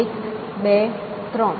એક બે ત્રણ